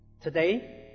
today